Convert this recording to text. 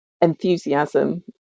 enthusiasm